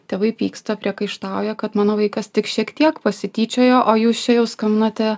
tėvai pyksta priekaištauja kad mano vaikas tik šiek tiek pasityčiojo o jūs čia jau skambinote